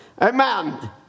Amen